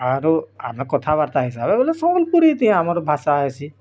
ଆରୁ ଆମେ କଥା ବାର୍ତ୍ତା ହିସାବେ ବୋଲେ ସମ୍ବଲପୁରୀ ଥି ଆମର୍ ଭାଷା ହେସି